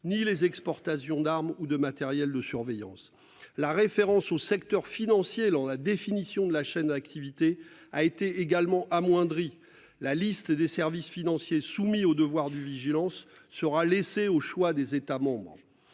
ni les exportations d'armes ou de matériel de surveillance. La référence au secteur financier dans la définition de la chaîne d'activité a été également amoindrie, la liste des services financiers, soumis au devoir de vigilance sera laissé au choix des États.